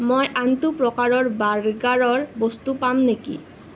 মই আনটো প্ৰকাৰৰ বাৰ্গাৰৰ বস্তু পাম নেকি